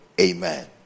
Amen